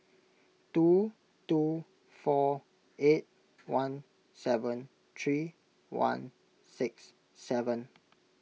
two two four eight one seven three one six seven